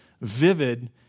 vivid